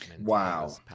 Wow